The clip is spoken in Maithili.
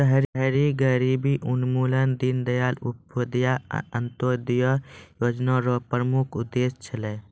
शहरी गरीबी उन्मूलन दीनदयाल उपाध्याय अन्त्योदय योजना र प्रमुख उद्देश्य छलै